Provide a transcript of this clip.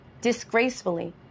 Disgracefully